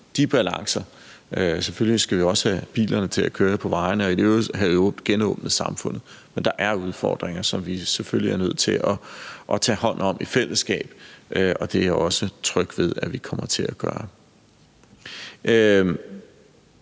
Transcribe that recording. de balancer i. Selvfølgelig skal vi også have bilerne til at køre på vejene og i øvrigt have genåbnet samfundet. Men der er udfordringer, som vi selvfølgelig er nødt til at tage hånd om i fællesskab, og det er jeg også tryg ved at vi kommer til at gøre.